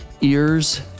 ears